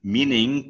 Meaning